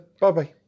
Bye-bye